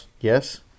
yes